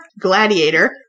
gladiator